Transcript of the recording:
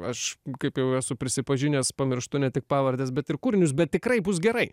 aš kaip jau esu prisipažinęs pamirštu ne tik pavardes bet ir kūrinius bet tikrai bus gerai